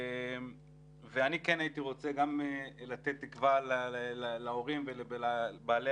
אני כן הייתי רוצה לתת תקווה להורים ולבעלי